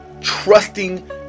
trusting